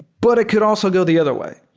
but it could also go the other way.